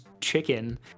chicken